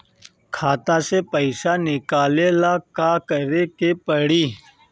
खाता से पैसा निकाले ला का करे के पड़ी?